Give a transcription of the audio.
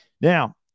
Now